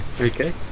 Okay